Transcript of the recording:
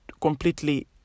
completely